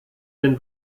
den